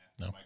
No